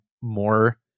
more